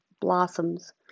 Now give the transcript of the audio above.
blossoms